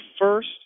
first